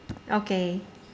okay